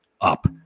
up